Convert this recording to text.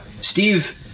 Steve